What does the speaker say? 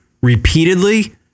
repeatedly